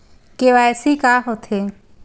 KYC का होथे?